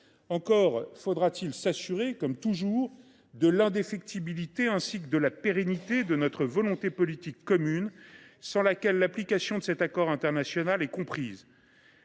Encore faudra t il s’assurer, comme toujours, de l’indéfectibilité et de la pérennité de notre volonté politique commune, sans lesquelles l’application de cet accord international serait compromise.